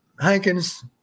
Hankins